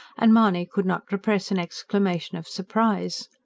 and mahony could not repress an exclamation of surprise.